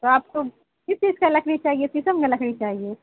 تو آپ کو کس چیز کا لکڑی چاہیے شیشم کا لکڑی چاہیے